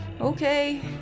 Okay